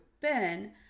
Ben